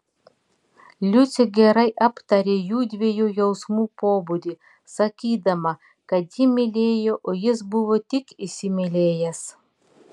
liucė gerai aptarė jųdviejų jausmų pobūdį sakydama kad ji mylėjo o jis buvo tik įsimylėjęs